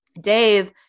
Dave